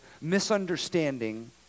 misunderstanding